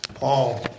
Paul